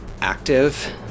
active